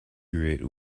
grate